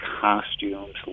costumes